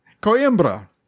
Coimbra